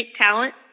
talent